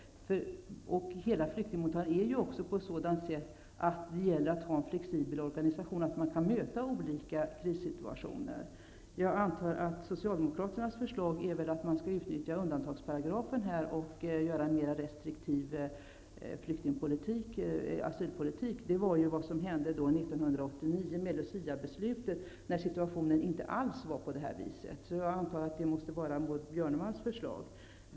Hela flyktingmottagningen är ju sådan att det gäller att ha en flexibel organisation, så att det är möjligt att möta olika krissituationer. Jag antar att Socialdemokraternas förslag går ut på att undantagsparagrafen skall utnyttjas och att det skall vara en restriktivare asylpolitik -- det är ju vad som hände 1989 i och med luciabeslutet, då situationen inte alls var som den är i dag. Jag antar att det är Maud Björnemalms förslag.